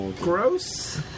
Gross